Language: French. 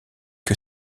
que